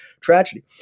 tragedy